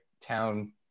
town